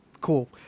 cool